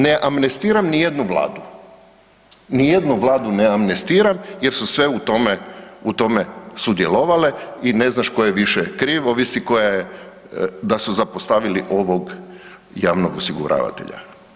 Ne amnestiram ni jednu vladu, ni jednu Vladu ne amnestiram jer su sve u tome sudjelovale i ne znaš tko je više kriv, ovisi koja je, da su zapostavili ovog javnog osiguravatelja.